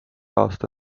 aasta